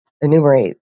enumerate